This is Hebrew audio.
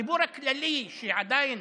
הציבור הכללי שעדיין